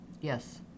Yes